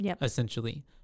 Essentially